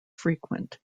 frequent